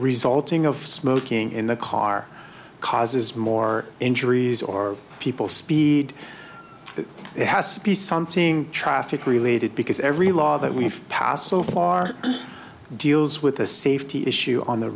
resulting of smoking in the car causes more injuries or people speed it has to be something traffic related because every law that we've passed so far deals with the safety issue on the